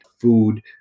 food